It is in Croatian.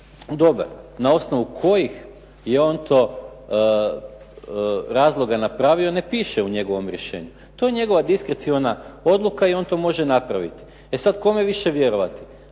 na osnovu kojih je on to razloga napravio ne piše u njegovom rješenju. To je njegova diskreciona odluka i on to može napraviti. E sada kome više vjerovati